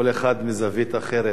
כל אחד מזווית אחרת.